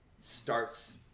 starts